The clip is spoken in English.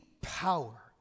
power